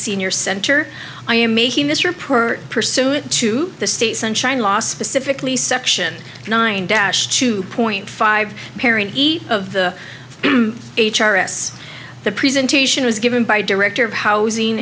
senior center i am making this report pursuant to the state sunshine law specifically section nine dash two point five pairing of the h r s the presentation was given by director of housing